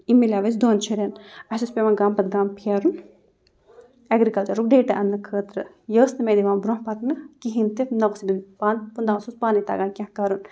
یہِ مِلیو اَسہِ دۄن شُرٮ۪ن اَسہِ اوس پٮ۪وان گامہٕ پَتہٕ گامہٕ پھیرُن اٮ۪گرِکَلچَرُک ڈیٹا اَننہٕ خٲطرٕ یہِ ٲس نہٕ مےٚ دِوان برونٛہہ پَکنہٕ کِہیٖنۍ تہِ نہ اوس تٔمِس پانہٕ نہ اوسُس پانَے تگان کینٛہہ کَرُن